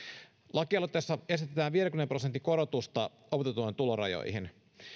lakialoitteessa esitetään viidenkymmenen prosentin korotusta opintotuen tulorajoihin